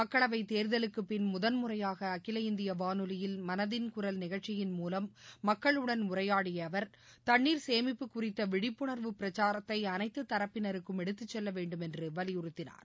மக்களவை தேர்தலுக்கு பின் முதல்முறையாக அகில இந்திய வானொலியில் மனதின் குரல் நிகழ்ச்சியின் மூலம் மக்களுடன் உரையாடிய அவர் தண்ணீர் சேமிப்பு குறித்த விழிப்புணர்வு பிரச்சாரத்தை அனைத்து தரப்பினருக்கும் எடுத்து செல்லவேண்டும் என்று வலியுறுத்தினார்